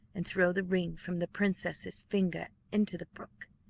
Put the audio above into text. and throw the ring from the princess's finger into the brook,